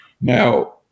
Now